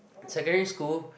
secondary school